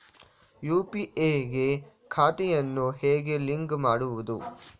UPI ಗೆ ಖಾತೆಯನ್ನು ಹೇಗೆ ಲಿಂಕ್ ಮಾಡುವುದು?